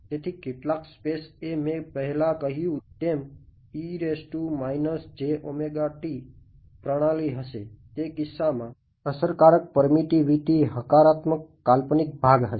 તેથી કેટલાક સ્પેસએ મેં પહેલાં કહ્યું તેમ પ્રણાલી ભાગ હશે